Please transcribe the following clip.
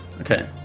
Okay